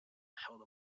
held